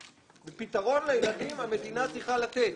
פתרון לילדים המדינה צריכה לתת.